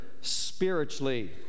Spiritually